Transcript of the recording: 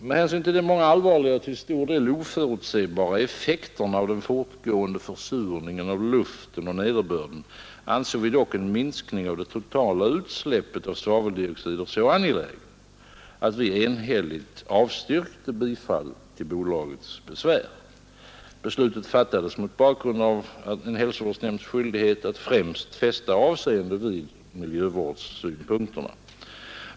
Med hänsyn till de många allvarliga och till stor del oförutsebara effekterna av den fortgående försurningen av luften och nederbörden ansåg vi dock en minskning av det totala utsläppet av svaveldioxider så angelägen att vi enhälligt avstyrkte bifall till bolagets besvär. Beslutet fattades mot bakgrund att det är en hälsovårdsnämnds skyldighet att främst fästa avseende vid miljövårdssynpunkterna.